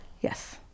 Yes